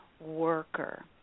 worker